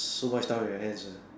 so much time on your hands ah